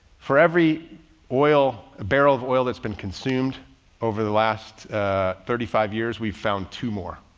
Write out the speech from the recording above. for every oil barrel of oil that's been consumed over the last thirty five years, we've found two more.